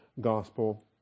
gospel